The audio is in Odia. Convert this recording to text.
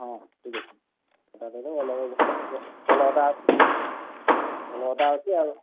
ହଁ ଠିକ୍ ଅଛି ଅଦା ଦେଇଦେବ ଭଲ ଅଦା ଅଛି ଭଲ ଅଦା ଅଛି ଆଉ